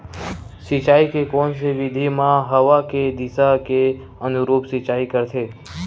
सिंचाई के कोन से विधि म हवा के दिशा के अनुरूप सिंचाई करथे?